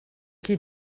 qui